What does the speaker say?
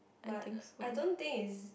but I don't think it's